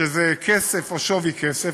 שזה כסף או שווה-כסף.